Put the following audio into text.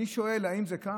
אני שואל, האם זה כך?